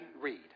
Read